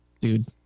Dude